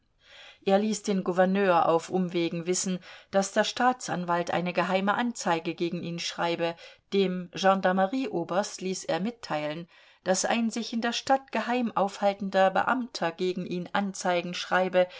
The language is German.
er ließ den gouverneur auf umwegen wissen daß der staatsanwalt eine geheime anzeige gegen ihn schreibe dem gendarmerieoberst ließ er mitteilen daß ein sich in der stadt geheim aufhaltender beamter gegen ihn anzeigen schreibe